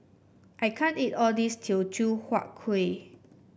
I can't eat all this Teochew Huat Kueh